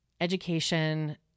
education